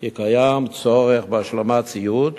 כי קיים צורך בהשלמת ציוד,